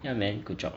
ya man good job